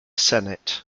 senate